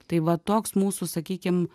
tai va toks mūsų sakykim